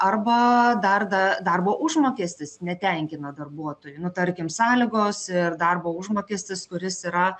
arba darda darbo užmokestis netenkina darbuotojų nu tarkim sąlygos ir darbo užmokestis kuris yra